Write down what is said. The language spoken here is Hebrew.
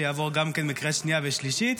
שיעבור גם בקריאה השנייה והשלישית,